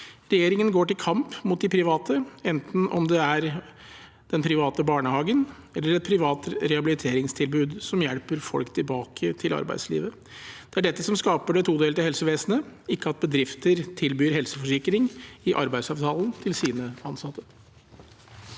Regjeringen går til kamp mot de private, enten det er den private barnehagen eller et privat rehabiliteringstilbud som hjelper folk tilbake til arbeidslivet. Det er dette som skaper det todelte helsevesenet, ikke at bedrifter tilbyr helseforsikring i arbeidsavtalen til sine ansatte.